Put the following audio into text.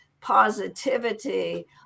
positivity